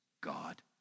God